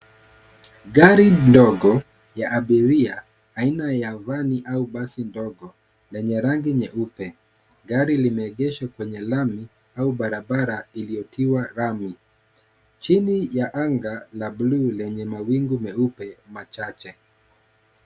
Gari ndogo, ya abilia, aina ya vani au basi ndogo, lenye rangi nyeupe, gari limeegeshwa kwenye lami, au barabara iliyo tiwa rami, chini ya anga la (cs)blue(cs)lenye mawingu meupe machache.